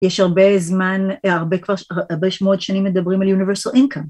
יש הרבה זמן, הרבה כבר.. הרבה שמועות שנים מדברים על Universal Income.